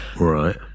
Right